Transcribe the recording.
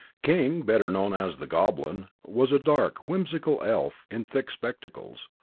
king, better known as the goblin, was a dark, whimsical elf in thick spectacles,